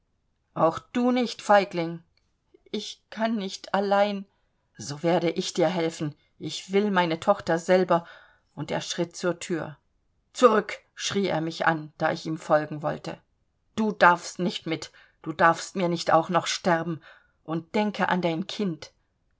auch du nicht feigling ich kann nicht allein so werde ich dir helfen ich will meine tochter selber und er schritt zur thür zurück schrie er mich an da ich ihm folgen wollte du darfst nicht mit du darfst mir nicht auch noch sterben und denke an dein kind